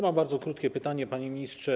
Mam bardzo krótkie pytanie, panie ministrze.